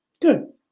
good